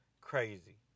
crazy